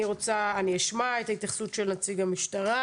אני אשמע את ההתייחסות של נציג המשטרה